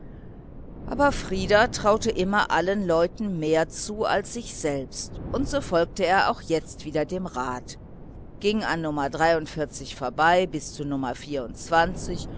aber frieder traute immer allen leuten mehr zu als sich selbst und so folgte er auch jetzt wieder dem rat ging an nr vorbei bis an